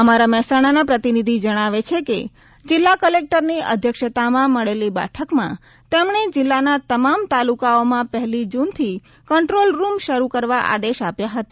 અમારા મહેસાણાના પ્રતિનિધિ જણાવે છે કે જિલ્લા ક્લેક્ટરની અધ્યક્ષતામાં મળેલી બેઠકમાં તેમણે જિલ્લાના તમામ તાલુકાઓમાં પહેલી જૂનથી કંટ્રોલ રૂમ શરૂ કરવા આદેશ આપ્યા હતા